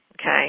Okay